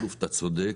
אתה צודק,